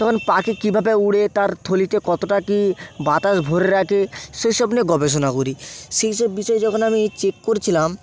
তখন পাখি কীভাবে উড়ে তার থলিতে কতটা কী বাতাস ভরে রাখে সেই সব নিয়ে গবেষণা করি সেই সব বিষয় যখন আমি চেক করছিলাম